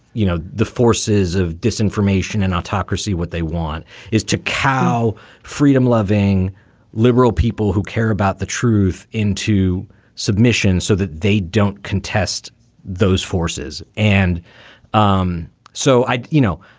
you know, the forces of disinformation and autocracy, what they want is to cow freedom loving liberal people who care about the truth into submission so that they don't contest those forces. and um so i you know,